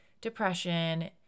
depression